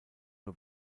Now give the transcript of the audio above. nur